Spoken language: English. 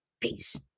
Peace